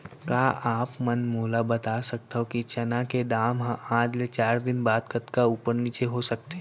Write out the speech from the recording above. का आप मन मोला बता सकथव कि चना के दाम हा आज ले चार दिन बाद कतका ऊपर नीचे हो सकथे?